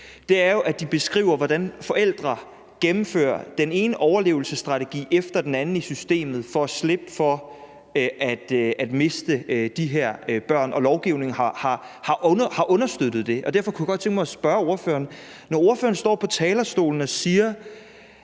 sent, er, at de beskriver, hvordan forældre gennemfører den ene overlevelsesstrategi efter den anden i systemet for at slippe for at miste de her børn. Og lovgivningen har understøttet det. Derfor kunne jeg godt tænke mig at spørge ordføreren om noget. Ordføreren står på talerstolen og siger,